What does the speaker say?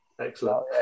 Excellent